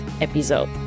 episode